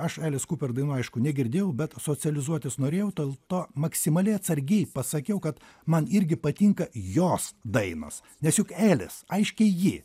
aš elis kuper dainų aišku negirdėjau bet socializuotis norėjau tol to maksimaliai atsargiai pasakiau kad man irgi patinka jos dainos nes juk elis aiškiai ji